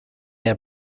air